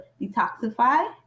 detoxify